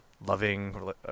loving